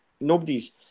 nobody's